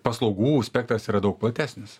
paslaugų spektras yra daug platesnis